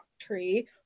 tree